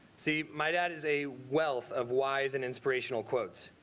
see my dad is a wealth of wise and inspirational quotes,